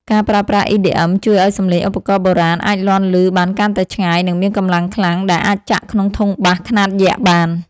ការប្រើប្រាស់ EDM ជួយឱ្យសំឡេងឧបករណ៍បុរាណអាចលាន់ឮបានកាន់តែឆ្ងាយ និងមានកម្លាំងខ្លាំងដែលអាចចាក់ក្នុងធុងបាសខ្នាតយក្សបាន។